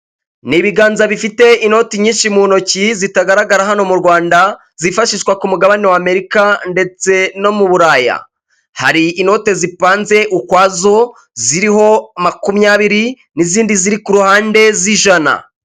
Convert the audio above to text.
Ni ibiganza bifite inoti nyinshi mu ntoki zitagaragara hano mu Rwanda, zifashishwa ku mugabane wa Amerika ndetse no mu Burayi. Hari inote zipanze ukwazo, ziriho makumyabiri n'izindi ziri ku ruhande z'ijana.